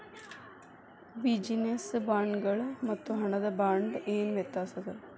Business ಬಾಂಡ್ಗಳ್ ಮತ್ತು ಹಣದ ಬಾಂಡ್ಗ ಏನ್ ವ್ಯತಾಸದ?